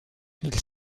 ils